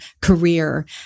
career